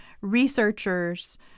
researchers